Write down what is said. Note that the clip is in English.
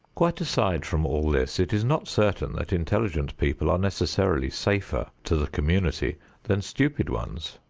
quite aside from all this it is not certain that intelligent people are necessarily safer to the community than stupid ones.